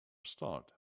start